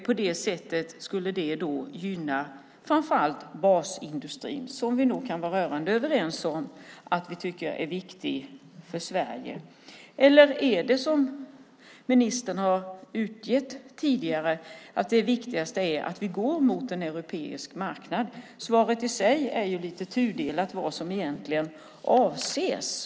På det sättet skulle det gynna framför allt basindustrin, som vi nog kan vara rörande överens om att vi tycker är viktig för Sverige. Eller är det som ministern angett tidigare att det viktigaste är att vi går mot en europeisk marknad. Svaret i sig är lite tudelat om vad som egentligen avses.